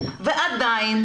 ועדיין,